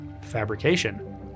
fabrication